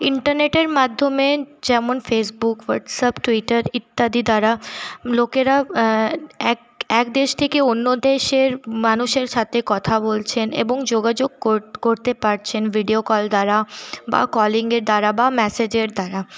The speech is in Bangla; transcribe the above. ইন্টারনেটের মাধ্যমে যেমন ফেসবুক হোয়াটসঅ্যাপ টুইটার ইত্যাদি দ্বারা লোকেরা এক এক দেশ থেকে অন্য দেশের মানুষের সাথে কথা বলছেন এবং যোগাযোগ করতে পারছেন ভিডিও কল দ্বারা বা কলিংয়ের দ্বারা বা মেসেজের দ্বারা